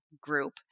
group